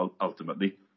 ultimately